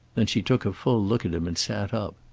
then she took a full look at him, and sat up.